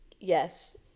yes